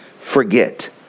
forget